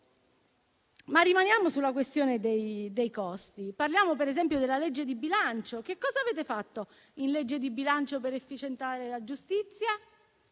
Rimaniamo però sulla questione dei costi e parliamo, per esempio, della legge di bilancio: cosa avete fatto in legge di bilancio per efficientare la giustizia?